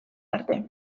arte